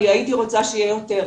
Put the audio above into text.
אני הייתי רוצה שיהיה יותר.